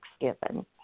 Thanksgiving